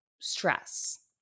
stress